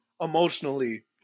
emotionally